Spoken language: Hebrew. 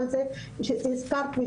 על